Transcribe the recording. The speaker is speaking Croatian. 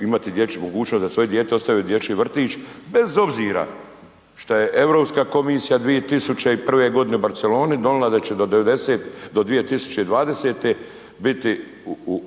imati dječju mogućnost, da svoje dijete ostave u dječji vrtić bez obzira šta je Europska komisija 2001. godine u Barceloni donijela da će do do 2020. biti,